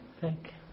thank